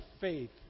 faith